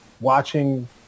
watching